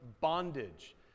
Bondage